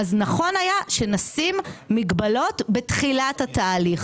נכון היה שנשים מגבלות בתחילת התהליך.